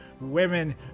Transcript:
women